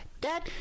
Dad